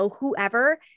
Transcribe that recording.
whoever